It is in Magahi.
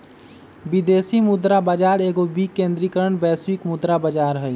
विदेशी मुद्रा बाजार एगो विकेंद्रीकृत वैश्विक मुद्रा बजार हइ